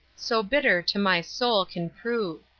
so bitter to my soul can prove.